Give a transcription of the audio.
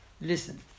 Listen